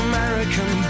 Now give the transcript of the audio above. American